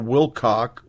Wilcock